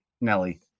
Nelly